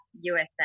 USA